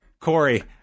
Corey